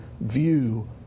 view